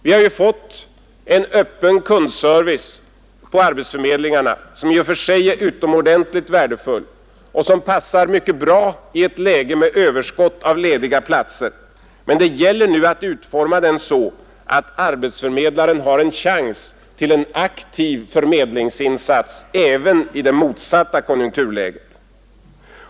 Vi har ju fått en öppen kundservice på arbetsförmedlingarna som i och för sig är utomordentligt värdefull och som passar mycket bra i ett läge med överskott av lediga platser, men det gäller nu att utforma den så, att arbetsförmedlaren har en chans till en aktiv förmedlingsinsats även i det motsatta konjunkturläget.